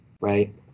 right